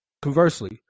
Conversely